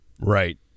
Right